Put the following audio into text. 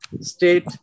state